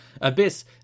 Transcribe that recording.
Abyss